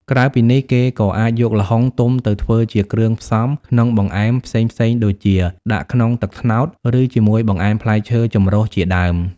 ក្រៅពីនេះ គេក៏អាចយកល្ហុងទុំទៅធ្វើជាគ្រឿងផ្សំក្នុងបង្អែមផ្សេងៗដូចជា ដាក់ក្នុងទឹកត្នោត ឬជាមួយបង្អែមផ្លែឈើចំរុះជាដើម។